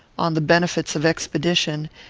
on the benefits of expedition,